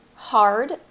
hard